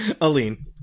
Aline